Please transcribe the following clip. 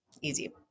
easy